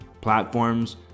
platforms